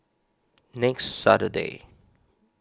next Saturday